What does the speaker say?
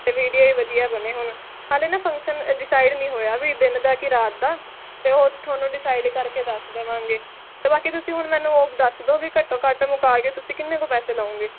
ਅਤੇ ਵੀਡੀਓ ਵੀ ਵਧੀਆ ਬਣੇ ਹੁਣ ਨਾਲੇ ਨਾ ਫੰਕਸ਼ਨ ਡਿਸਾਈਡ ਨਹੀਂ ਹੋਇਆ ਵੀ ਦਿਨ ਦਾ ਕਿ ਰਾਤ ਦਾ ਅਤੇ ਉਹ ਤੁਹਾਨੂੰ ਡਿਸਾਈਡ ਕਰਕੇ ਦੱਸ ਦੇਵਾਂਗੇ ਅਤੇ ਬਾਕੀ ਤੁਸੀਂ ਹੁਣ ਮੈਨੂੰ ਉਹ ਦੱਸ ਦਿਓ ਵੀ ਘੱਟੋ ਘੱਟ ਮੁਕਾ ਕੇ ਤੁਸੀਂ ਕਿੰਨੇ ਕੁ ਪੈਸੇ ਲਓਂਗੇ